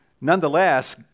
Nonetheless